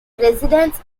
residence